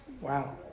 Wow